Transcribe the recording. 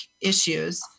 issues